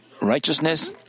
righteousness